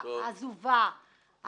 העזובה,